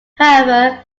however